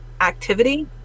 activity